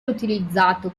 utilizzato